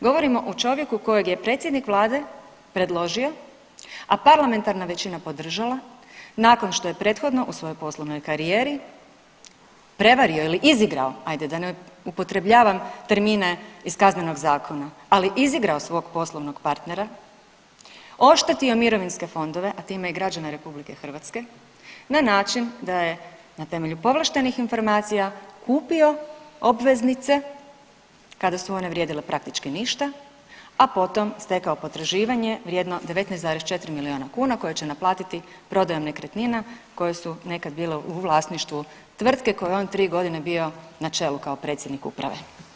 Govorimo o čovjeku kojeg je predsjednik vlade predložio, a parlamentarna većina podržala nakon što je prethodno u svojoj poslovnoj karijeri prevario ili izigrao ajde da ne upotrebljavam termine iz kaznenog zakona, ali izigrao svog poslovnog partnera, oštetio mirovinske fondove, a time i građane RH na način da je na temelju povlaštenih informacija kupio obveznice kada su one vrijedile praktički ništa, a potom stekao potraživanje vrijedno 19,4 miliona kuna koje će naplatiti prodajom nekretnina koje su nekad bile u vlasništvu tvrtke kojoj je on 3 godine bio na čelu kao predsjednik uprave.